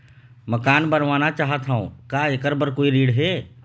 मकान बनवाना चाहत हाव, का ऐकर बर कोई ऋण हे?